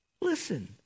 Listen